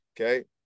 okay